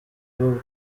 bwo